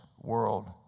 world